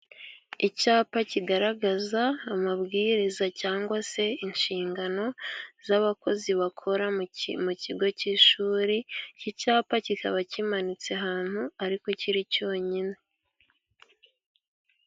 Icyapa kigaragaza amabwiriza, cyangwa se inshingano z'abakozi bakora mu kigo cy'ishuri, iki cyapa kikaba kimanitse ahantu, ariko kiri cyonyine.